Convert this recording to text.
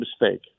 mistake